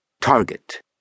Target